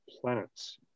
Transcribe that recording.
planets